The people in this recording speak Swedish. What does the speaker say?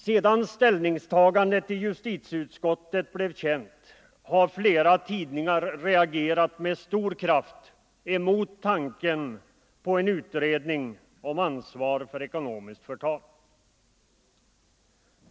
Sedan ställningstagandet i justitieutskottet blev känt har flera tidningar reagerat med stor kraft mot tanken på en utredning om ansvar för ekonomiskt förtal.